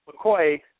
McCoy